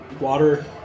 water